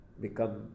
become